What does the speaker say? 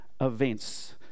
events